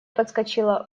подскочила